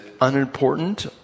unimportant